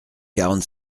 quarante